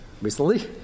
recently